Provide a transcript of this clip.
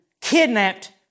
kidnapped